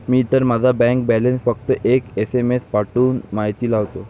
मी तर माझा bank balance फक्त एक एस.एम.एस पाठवून माहिती लावतो